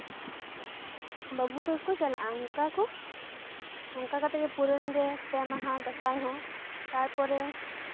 ᱵᱟᱹᱵᱩ ᱛᱟᱠᱚ ᱜᱮᱠᱚ ᱪᱟᱞᱟᱜᱼᱟ ᱚᱝᱠᱟ ᱠᱚ ᱚᱝᱠᱟ ᱠᱟᱛᱮ ᱜᱮ ᱯᱩᱨᱟᱹᱣᱮᱱ ᱜᱮ ᱯᱮ ᱢᱟᱦᱟ ᱫᱟᱸᱥᱟᱭ ᱦᱚᱸ ᱛᱟᱨᱯᱚᱨᱮ